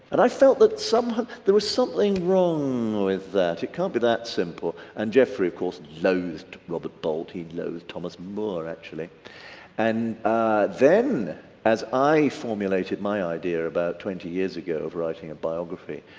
and i felt that somehow there was something wrong with that. it can't be that simple. and geoffrey of course loathed robert bolt. he loathed thomas more actually and then as i formulated my idea about twenty years ago, of writing a biography,